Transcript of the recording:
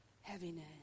heaviness